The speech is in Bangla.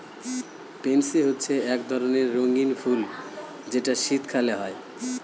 পেনসি হচ্ছে এক ধরণের রঙ্গীন ফুল যেটা শীতকালে হয়